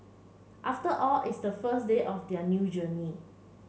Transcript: after all it's the first day of their new journey